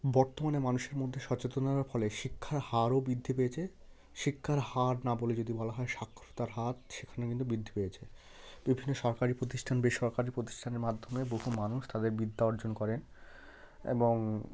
বর্তমানে মানুষের মধ্যে সচেতননার ফলে শিক্ষার হারও বৃদ্ধি পেয়েছে শিক্ষার হার না বলে যদি বলা হয় সাক্ষরতার হার সেখানে কিন্তু বৃদ্ধি পেয়েছে বিভিন্ন সরকারী প্রতিষ্ঠান বেসরকারী প্রতিষ্ঠানের মাধ্যমে বহু মানুষ তাদের বিদ্যা অর্জন করেন এবং